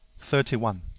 thirty one.